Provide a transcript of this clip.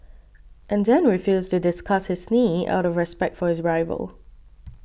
and then refused to discuss his knee out of respect for his rival